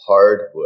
hardwood